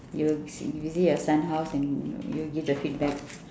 you will visit your son house and you'll give the feedback